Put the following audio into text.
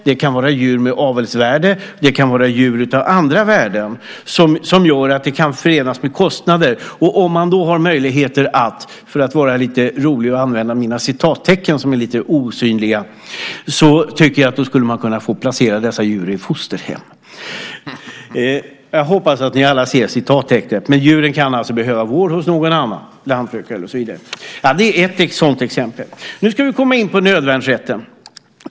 Det kan vara djur med avelsvärde eller andra värden som gör att detta kan förenas med kostnader. Om man då har möjligheter - för att vara lite rolig och använda mina osynliga citattecken - tycker jag att man skulle kunna få placera dessa djur i "fosterhem". Jag hoppas att ni alla ser citattecknen. Men djuren kan alltså behöva vård hos någon annan, en lantbrukare eller liknande. Det är ett sådant exempel. Nu ska vi komma in på nödvärnsrätten.